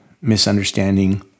misunderstanding